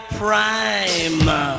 prime